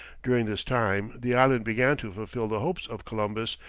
during this time the island began to fulfil the hopes of columbus,